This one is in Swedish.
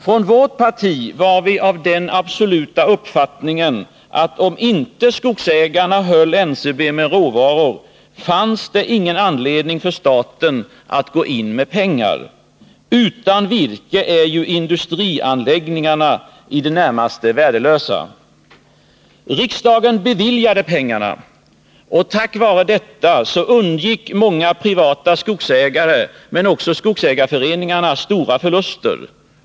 Från vårt parti var vi av den absoluta uppfattningen att om inte skogsägarna höll NCB med råvaror, fanns det ingen anledning för staten att gå in med pengar. Utan virke är ju industrianläggningarna i det närmaste värdelösa. Riksdagen beviljade pengarna. Tack vare detta undgick många privata skogsägare men också skogsägarföreningarna stora förluster.